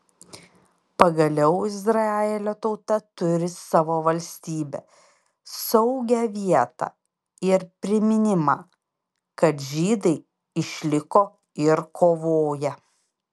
pagaliau izraelio tauta turi savo valstybę saugią vietą ir priminimą kad žydai išliko ir kovoja